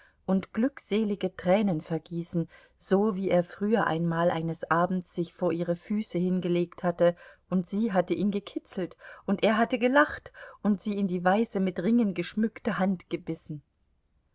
und glückselige tränen vergießen so wie er früher einmal eines abends sich vor ihre füße hingelegt hatte und sie hatte ihn gekitzelt und er hatte gelacht und sie in die weiße mit ringen geschmückte hand gebissen